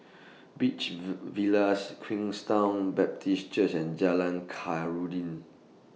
Beach Villas Queenstown Baptist Church and Jalan Khairuddin